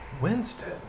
winston